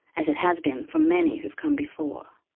as it has been for many who've come before.